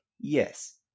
yes